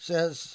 Says